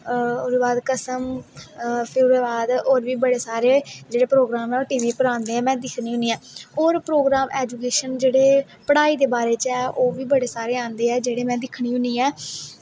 ओह्दे बाद कसम फिर ओह्दे बाद बड़े सारे जेह्ड़े प्रोग्राम ऐं ओह् टी वी आंदे ऐं में टी वी पर दिक्खनी होनी ऐं होर प्रोग्राम ऐजुकेशन जेह्ड़े पढ़ाई दे बारे च ऐं ओह् बी बड़े सारे आंदे ऐ जेह्ड़े मैं दिक्खनी होन्नी ऐं